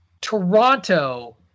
Toronto